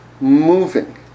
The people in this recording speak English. moving